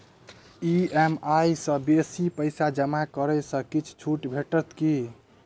EMI सँ बेसी पैसा जमा करै सँ किछ छुट भेटत की?